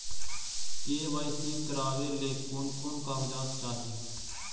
KYC करावे ले कोन कोन कागजात चाही?